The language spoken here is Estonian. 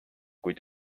kuid